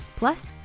Plus